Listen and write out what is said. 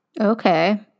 Okay